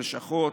לשכות,